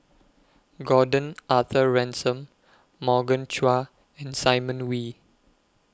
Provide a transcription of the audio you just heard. Gordon Arthur Ransome Morgan Chua and Simon Wee